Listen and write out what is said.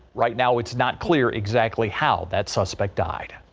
right now it's not clear exactly how that suspect died.